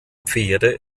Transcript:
pferde